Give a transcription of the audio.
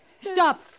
Stop